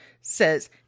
says